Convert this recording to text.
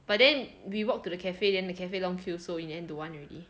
but then we walk to the cafe then cafe long queue so in the end don't want already